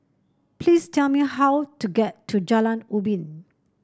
please tell me how to get to Jalan Ubin